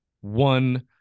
one